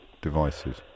devices